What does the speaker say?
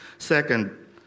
Second